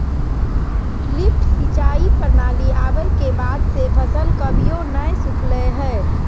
lift सिंचाई प्रणाली आवे के बाद से फसल कभियो नय सुखलय हई